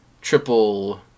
Triple